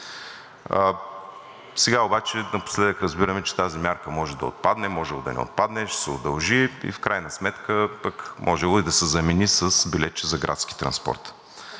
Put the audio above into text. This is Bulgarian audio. Сега обаче напоследък разбираме, че тази мярка може да отпадне, може да не отпадне, ще се удължи и в крайна сметка пък можело и да се замени с билетче за градски транспорт.